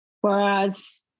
whereas